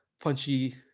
punchy